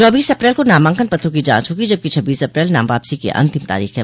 चौबीस अप्रैल को नामांकन पत्रों की जांच होगी जबकि छब्बीस अप्रैल नाम वापसी की अंतिम तारीख है